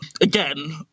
Again